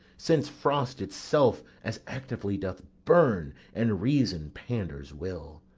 since frost itself as actively doth burn, and reason panders will.